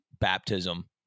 baptism